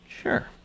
sure